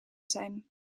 zijn